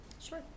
Sure